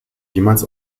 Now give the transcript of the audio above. jemals